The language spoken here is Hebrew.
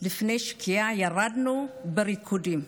לפני שקיעה ירדנו בריקודים,